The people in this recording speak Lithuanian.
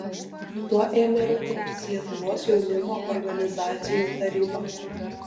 tuo ėmė rūpintis lietuvos jaunimo organizacijų taryba